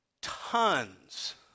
tons